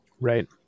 Right